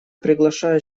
приглашаю